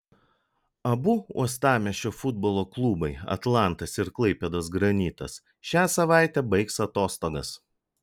abu uostamiesčio futbolo klubai atlantas ir klaipėdos granitas šią savaitę baigs atostogas